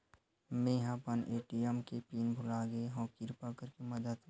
मेंहा अपन ए.टी.एम के पिन भुला गए हव, किरपा करके मदद करव